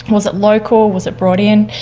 and was it local, was it brought in?